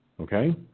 Okay